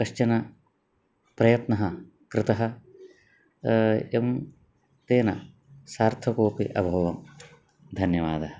कश्चन प्रयत्नः कृतः एवं तेन सार्थकोऽपि अभवं धन्यवादः